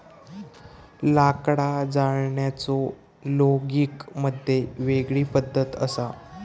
लाकडा जाळण्याचो लोगिग मध्ये वेगळी पद्धत असा